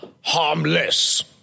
harmless